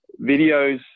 videos